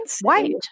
White